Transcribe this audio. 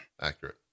accurate